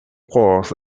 course